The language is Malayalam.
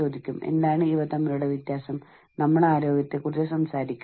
ജോലിസ്ഥലത്തെ ജീവനക്കാരുടെ ആരോഗ്യവും ക്ഷേമവും